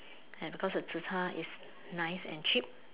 and because the zi char is nice and cheap